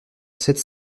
sept